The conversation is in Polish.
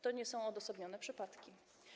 To nie są odosobnione przypadki.